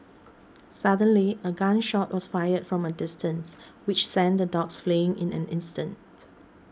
suddenly a gun shot was fired from a distance which sent the dogs fleeing in an instant